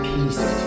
Peace